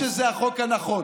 חשבת אז שזה החוק הנכון.